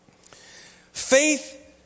Faith